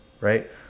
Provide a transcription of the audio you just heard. right